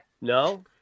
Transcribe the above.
no